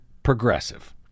Progressive